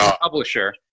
publisher